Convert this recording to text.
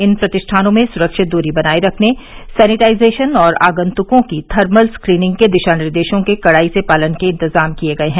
इन प्रतिष्ठानों में सुरक्षित दूरी बनाये रखने सैनिटाइजेशन और आगंतुकों की थर्मल स्क्रीनिंग के दिशा निर्देशों के कड़ाई से पालन के इंतजाम किये गये हैं